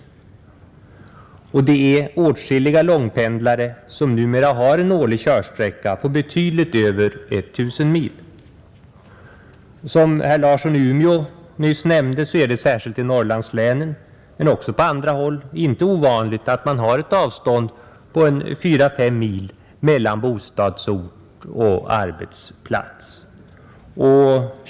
Det är åtskilliga långpendlare som numera har en körsträcka på betydligt över 1000 mil. Som herr Larsson i Umeå nämnde är det särskilt i Norrlandslänen men också på andra håll inte ovanligt att man har ett avstånd på 4—5 mil mellan bostadsort och arbetsplats.